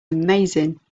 amazing